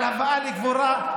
על הבאה לקבורה,